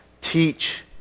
teach